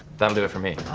that'll do it for me,